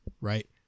right